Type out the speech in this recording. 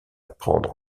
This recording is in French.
prendre